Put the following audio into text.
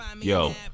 Yo